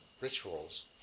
rituals